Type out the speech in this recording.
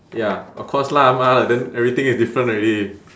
ya of course lah 妈的 then everything is different already